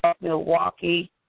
Milwaukee